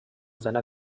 seiner